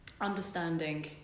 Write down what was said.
understanding